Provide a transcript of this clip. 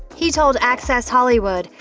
he told access hollywood,